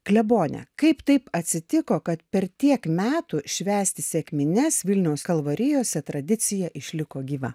klebone kaip taip atsitiko kad per tiek metų švęsti sekmines vilniaus kalvarijose tradicija išliko gyva